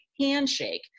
handshake